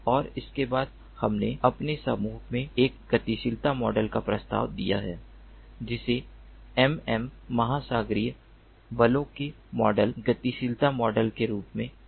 और उसके बाद हमने अपने समूह में एक गतिशीलता मॉडल का प्रस्ताव दिया है जिसे एम एम महासागरीय बलों के मॉडल गतिशीलता मॉडल के रूप में जाना जाता है